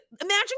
imagine